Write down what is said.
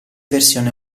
versione